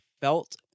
felt